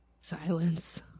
Silence